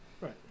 Right